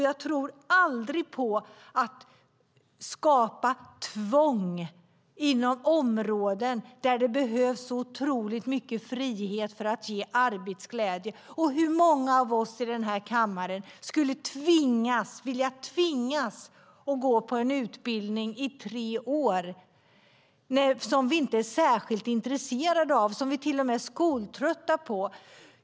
Jag tror inte på att skapa tvång inom områden där det behövs så otroligt mycket frihet för att ge arbetsglädje. Hur många av oss i den här kammaren skulle vilja tvingas att gå på en utbildning i tre år som vi inte är särskilt intresserade av? Vi kanske till och med är skoltrötta.